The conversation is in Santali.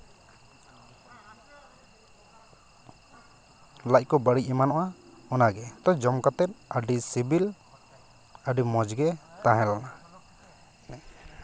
ᱞᱟᱡ ᱠᱚ ᱵᱟᱹᱲᱤᱡ ᱮᱢᱟᱱᱚᱜᱼᱟ ᱚᱱᱟ ᱜᱮ ᱛᱚ ᱡᱚᱢ ᱠᱟᱛᱮ ᱟᱹᱰᱤ ᱥᱤᱵᱤᱞ ᱟᱹᱰᱤ ᱢᱚᱡᱽ ᱜᱮ ᱛᱟᱦᱮᱞᱮᱱᱟ